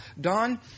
Don